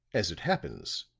as it happens,